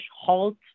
halt